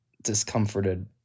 discomforted